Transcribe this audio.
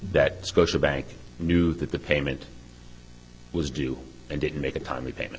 that scotiabank knew that the payment was due and didn't make a timely payment